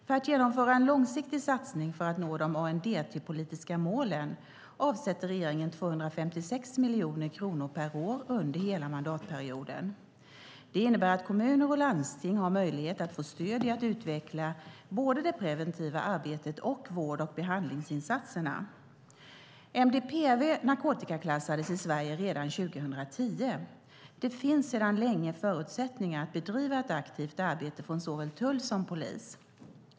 För att genomföra en långsiktig satsning för att nå de ANDT-politiska målen avsätter regeringen 256 miljoner kronor per år under hela mandatperioden. Det innebär att kommuner och landsting har möjlighet att få stöd i att utveckla både det preventiva arbetet och vård och behandlingsinsatserna. MDPV narkotikaklassades i Sverige redan 2010. Det finns sedan länge förutsättningar att bedriva ett aktivt arbete från såväl tull som polis.